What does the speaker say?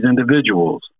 individuals